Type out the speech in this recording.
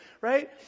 Right